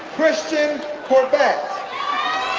christian corbette